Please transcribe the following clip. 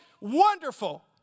wonderful